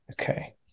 Okay